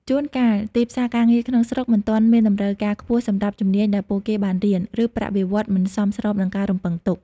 ជួនកាលទីផ្សារការងារក្នុងស្រុកមិនទាន់មានតម្រូវការខ្ពស់សម្រាប់ជំនាញដែលពួកគេបានរៀន ឬប្រាក់បៀវត្សរ៍មិនសមស្របនឹងការរំពឹងទុក។